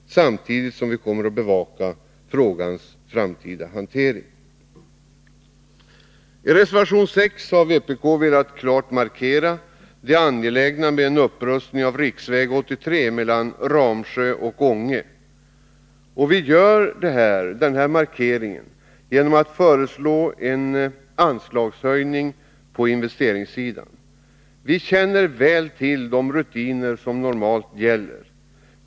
Samtidigt kommer vi att bevaka frågans framtida hantering. I reservationen 6 har vpk klart velat markera angelägenheten av en upprustning av riksväg 83 mellan Ramsjö och Ånge. Vi gör det genom att föreslå en anslagshöjning på investeringssidan. De rutiner som normalt gäller känner vi väl till.